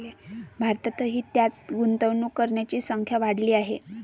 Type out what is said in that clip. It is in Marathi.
भारतातही त्यात गुंतवणूक करणाऱ्यांची संख्या वाढली आहे